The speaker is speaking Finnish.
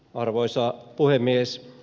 arvoisa puhemies